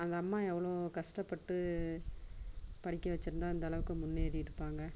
அந்த அம்மா எவ்வளோ கஷ்டப்பட்டு படிக்க வச்சிருந்தா இந்தளவுக்கு முன்னேறிருப்பாங்க